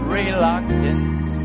reluctance